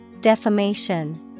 Defamation